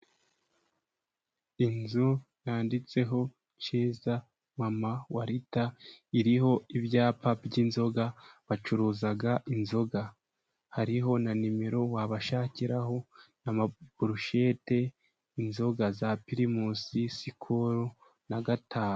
Inzu yanditseho ceza mama Walter iriho ibyapa by'inzoga, bacuruza inzoga. Hariho na nimero wabashakiraho n'amaburushete, inzoga za pirimusi, sikolo, na gatanu.